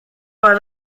war